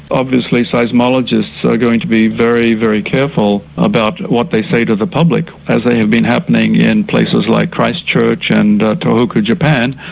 obviously seismologists are going to be very, very careful about what they say to the public, as they have been happening in places like christchurch and tohoku, japan.